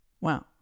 Wow